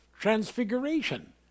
Transfiguration